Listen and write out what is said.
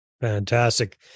Fantastic